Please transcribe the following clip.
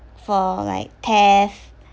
for like theft